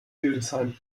hildesheim